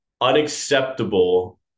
unacceptable